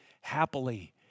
happily